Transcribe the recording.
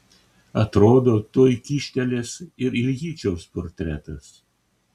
atrodo tuoj kyštelės ir iljičiaus portretas